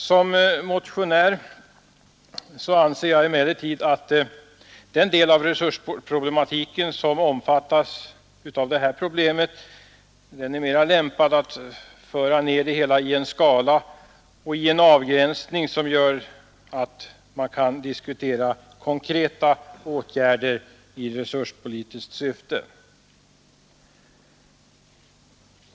Som motionär anser jag emellertid att den del av resursproblematiken som omfattas av motionen är mera lämpad att återföra problemet till en skala och en omfattning som gör att man kan diskutera konkreta åtgärder i resurspolitiskt syfte.